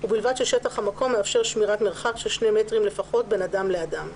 ובלבד ששטח המקום מאפשר שמירת מרחק של 2 מטרים לפחות בין אדם לאדם,